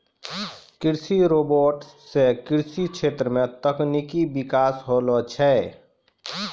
कृषि रोबोट सें कृषि क्षेत्र मे तकनीकी बिकास होलो छै